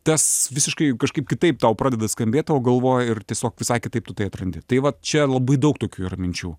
tas visiškai kažkaip kitaip tau pradeda skambėt o galvoj ir tiesiog visai kitaip tu tai atrandi tai va čia labai daug tokių yra minčių